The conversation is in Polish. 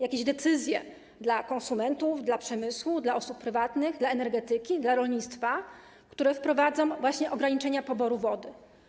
Jakieś decyzje dla konsumentów, dla przemysłu, dla osób prywatnych, dla energetyki, dla rolnictwa, które wprowadzą ograniczenia poboru wody?